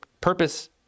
purpose